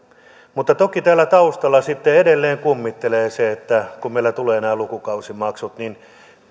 mutta toki täällä taustalla edelleen kummittelee se kun meille tulevat nämä lukukausimaksut